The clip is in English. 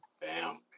Bam